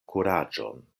kuraĝon